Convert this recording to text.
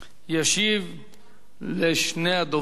ישיב לשני הדוברים.